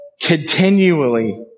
continually